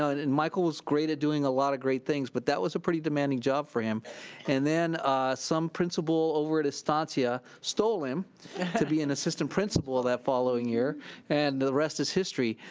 ah and and michael was great at doing a lot of great things, but that was a pretty demanding job for him and then some principal over at estancia stole him to be an assistant principal that following year and the rest is history.